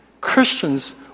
Christians